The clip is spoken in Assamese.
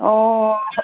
অঁ